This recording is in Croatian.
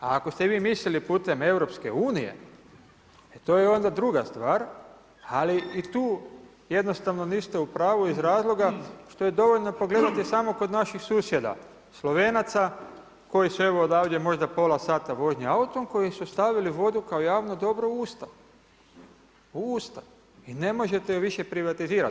A ako ste vi mislili putem EU, e to je onda druga stvar, ali i tu jednostavno niste upravu iz razloga što je dovoljno pogledati samo kod naših susjeda Slovenaca koji su evo odavdje možda pola sata vožnje autom koju su stavili vodu kao javno dobro u Ustav i ne možete je više privatizirati.